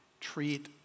treat